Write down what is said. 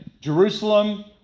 Jerusalem